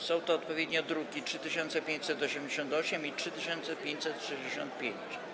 Są to odpowiednio druki nr 3588 i 3565.